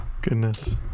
Goodness